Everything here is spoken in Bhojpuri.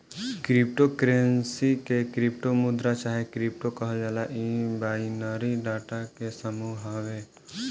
क्रिप्टो करेंसी के क्रिप्टो मुद्रा चाहे क्रिप्टो कहल जाला इ बाइनरी डाटा के समूह हवे